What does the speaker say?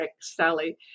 Sally